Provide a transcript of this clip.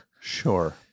Sure